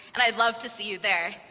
and i'd love to see you there.